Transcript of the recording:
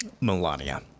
Melania